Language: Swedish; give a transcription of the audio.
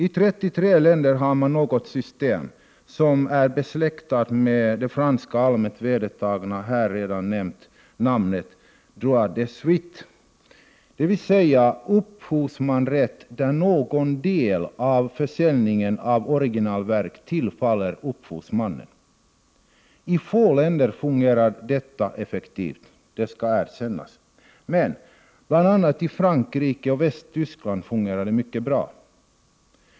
I 33 länder har man något system Som TZ,rooöaoan a. är besläktat med det franska, som går under det allmänt vedertagna namnet droit de suite, dvs. upphovsmannarätt, där någon del av försäljningssumman för originalverk tillfaller upphovsmannen. I få länder fungerar detta effektivt, det skall erkännas, men i bl.a. Frankrike och Västtyskland fungerar det bra.